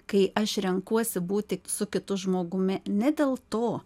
kai aš renkuosi būti su kitu žmogumi ne dėl to